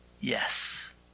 Yes